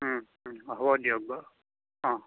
ও ও হ'ব দিয়ক অ অ